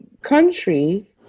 country